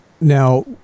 now